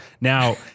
Now